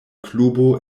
klubo